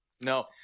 no